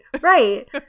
Right